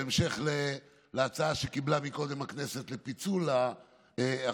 בהמשך להצעה שקיבלה קודם הכנסת לפיצול החוק,